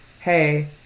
hey